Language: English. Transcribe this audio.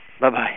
Bye-bye